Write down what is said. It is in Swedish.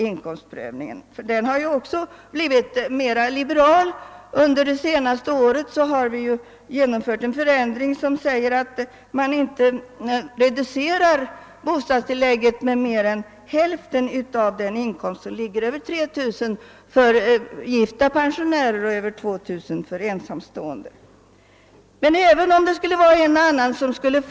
Inkomstprövningen har emellertid blivit mera liberal och under det senaste året har det genomförts en förändring som innebär, att man inte reducerar bostadstillägget med mer än hälften av den inkomst som ligger över 3 000 kronor då det gäller gifta pensionärer och 2000 för ensamstående och därmed gör det möjligt för ett större antal pensionärer att få tillägget.